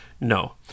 no